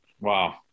Wow